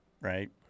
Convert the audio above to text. right